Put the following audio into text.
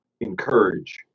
encourage